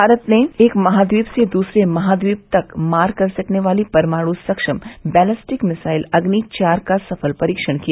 भारत ने एक महाद्वीप से दूसरे महाद्वीप तक मार कर सकने वाली परमाणु सक्षम बैलेस्टिक मिसाइल अग्नि चार का सफल परीक्षण किया